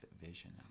vision